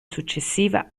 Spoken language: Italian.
successiva